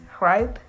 Right